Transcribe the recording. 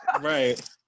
Right